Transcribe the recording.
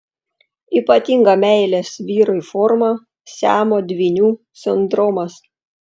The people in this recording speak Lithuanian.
ypatinga meilės vyrui forma siamo dvynių sindromas